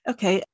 Okay